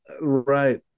right